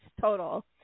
total